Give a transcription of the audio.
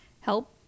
help